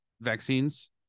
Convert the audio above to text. vaccines